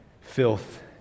filth